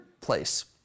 place